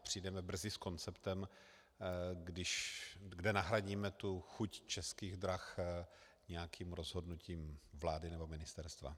Přijdeme brzy s konceptem, kde nahradíme tu chuť Českých drah nějakým rozhodnutím vlády nebo ministerstva.